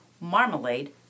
marmalade